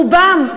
רובם,